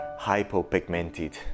hypopigmented